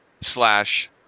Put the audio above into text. slash